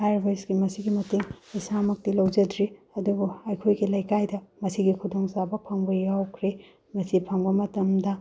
ꯍꯥꯏꯔꯤꯕ ꯁ꯭ꯀꯤꯝ ꯑꯁꯤꯒꯤ ꯃꯇꯦꯡ ꯏꯁꯥꯃꯛꯇꯤ ꯂꯧꯖꯗ꯭ꯔꯤ ꯑꯗꯨꯕꯨ ꯑꯩꯈꯣꯏꯒꯤ ꯂꯩꯀꯥꯏꯗ ꯃꯁꯤꯒꯤ ꯈꯨꯗꯣꯡ ꯆꯥꯕ ꯐꯪꯕ ꯌꯥꯎꯈ꯭ꯔꯦ ꯃꯁꯤ ꯐꯪꯕ ꯃꯇꯝꯗ